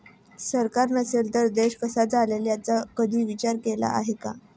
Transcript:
सरकार नसेल तर देश कसा चालेल याचा कधी विचार केला आहे का?